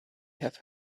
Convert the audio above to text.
have